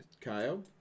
Kyle